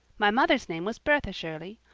my mother's name was bertha shirley.